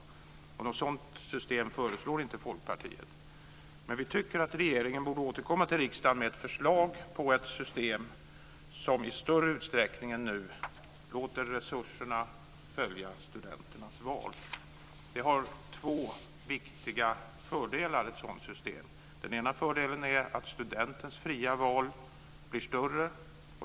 Något sådant system föreslår inte Folkpartiet, men vi tycker att regeringen borde återkomma till riksdagen med ett förslag till system som i större utsträckning än nu låter resurserna följa studenternas val. Det har två viktiga fördelar. Den ena fördelen är att studentens fria val blir större.